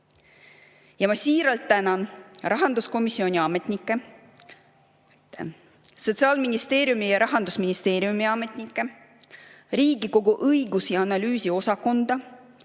Ma siiralt tänan rahanduskomisjoni ametnikke, Sotsiaalministeeriumi ja Rahandusministeeriumi ametnikke, Riigikogu Kantselei õigus- ja analüüsiosakonda,